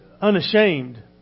unashamed